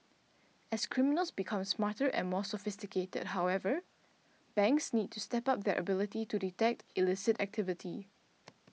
as criminals become smarter and more sophisticated however banks need to step up their ability to detect illicit activity